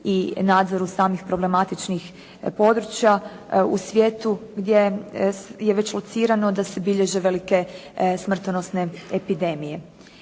i nadzoru samih problematičnih područja u svijetu gdje je već locirano da se bilježe velike smrtonosne epidemije.